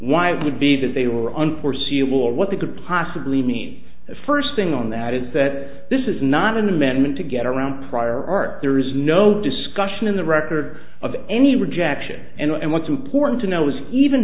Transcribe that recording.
why would be that they are unforeseeable or what they could possibly mean the first thing on that is that this is not an amendment to get around prior art there is no discussion in the record of any rejection and what's important to note was even